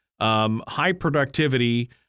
high-productivity